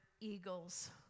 eagles